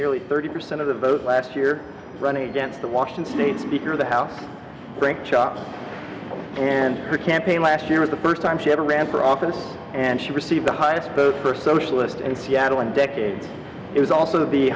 nearly thirty percent of the vote last year running against the washington state speaker of the house frank chops and her campaign last year was the first time she ever ran for office and she received the highest the first socialist in seattle in decades is also the